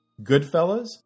Goodfellas